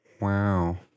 Wow